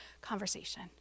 conversation